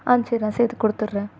ஆ சரி நான் சேர்த்து கொடுத்துர்றேன்